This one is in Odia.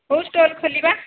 କେଉଁ ଷ୍ଟଲ ଖୋଲିବା